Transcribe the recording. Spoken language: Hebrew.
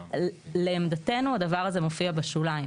אבל לעמדתנו הדבר הזה מופיע בשוליים,